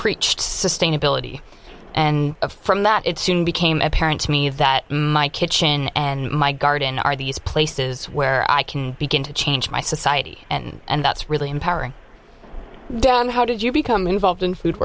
preached sustainability and from that it soon became apparent to me that my kitchen and my garden are these places where i can begin to change my society and and that's really empowering don how did you become involved in food